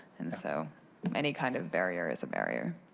and so any kind of barrier, is a barrier.